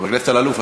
חבר הכנסת אלאלוף,